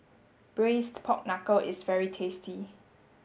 braised pork knuckle is very tasty